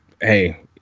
hey